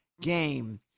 game